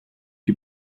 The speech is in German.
die